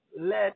let